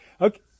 okay